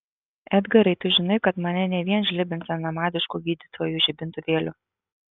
edgarai tu žinai kad mane ne vien žlibins senamadišku gydytojų žibintuvėliu